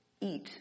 eat